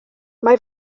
mae